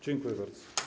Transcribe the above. Dziękuję bardzo.